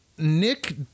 Nick